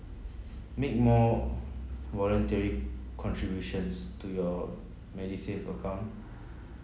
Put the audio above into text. make more voluntary contributions to your medisave account